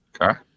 Okay